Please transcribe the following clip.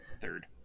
third